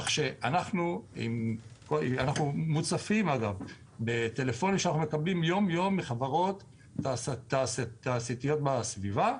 אנחנו מוצפים בטלפונים שאנחנו מקבלים כל יום מחברות תעשייתיות בסביבה,